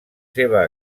seva